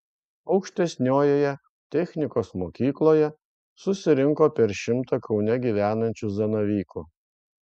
aukštesniojoje technikos mokykloje susirinko per šimtą kaune gyvenančių zanavykų